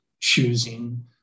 choosing